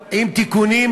אני אומר לך: הרווחתם.